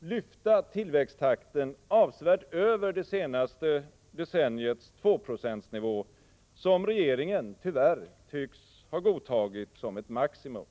lyfta tillväxttakten avsevärt över det senaste decenniets tvåprocentsnivå, som regeringen tyvärr tycks ha godtagit som ett maximum.